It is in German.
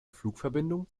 flugverbindung